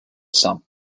some